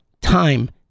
time